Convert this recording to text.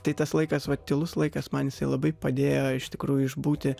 tai tas laikas va tylus laikas man jisai labai padėjo iš tikrųjų išbūti